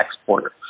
exporter